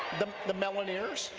the the meloneers,